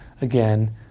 again